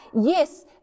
Yes